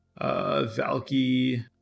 Valky